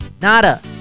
Nada